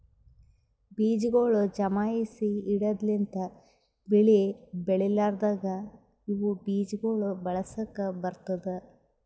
ಬೀಜಗೊಳ್ ಜಮಾಯಿಸಿ ಇಡದ್ ಲಿಂತ್ ಬೆಳಿ ಬೆಳಿಲಾರ್ದಾಗ ಇವು ಬೀಜ ಗೊಳ್ ಬಳಸುಕ್ ಬರ್ತ್ತುದ